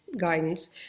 guidance